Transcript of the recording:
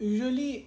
usually